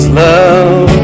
love